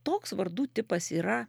toks vardų tipas yra